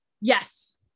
Yes